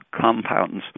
compounds